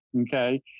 okay